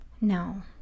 No